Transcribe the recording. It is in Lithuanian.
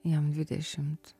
jam dvidešimt